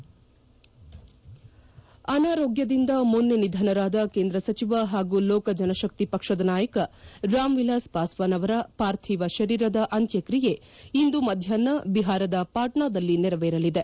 hide ಅನಾರೋಗ್ಗದಿಂದ ಮೊನ್ನೆ ನಿಧನರಾದ ಕೇಂದ್ರ ಸಚಿವ ಹಾಗೂ ಲೋಕ ಜನಶಕ್ತಿ ಪಕ್ಷದ ನಾಯಕ ರಾಮ್ ವಿಲಾಸ್ ಪಾಸ್ಲಾನ್ ಅವರ ಪಾರ್ಥೀವ ಶರೀರದ ಅಂತ್ಯಕ್ರಿಯೆ ಇಂದು ಮಧ್ನಾಷ್ನ ಬಿಹಾರ್ದ ಪಾಟ್ನಾದಲ್ಲಿ ನೆರವೇರಲಿದೆ